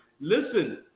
listen